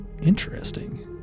Interesting